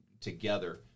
together